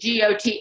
GOT